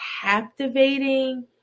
captivating